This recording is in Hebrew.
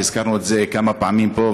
והזכרנו את זה כמה פעמים פה,